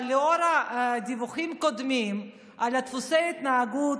אבל לאור דיווחים קודמים על דפוסי התנהגות